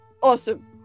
Awesome